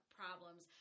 problems